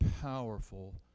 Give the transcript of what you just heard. powerful